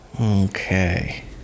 Okay